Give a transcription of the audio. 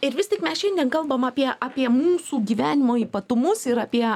ir vis tik mes šiandien kalbam apie apie mūsų gyvenimo ypatumus ir apie